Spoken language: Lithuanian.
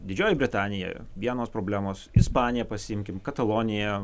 didžioji britanija vienos problemos ispanija pasiimkim katalonija